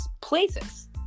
places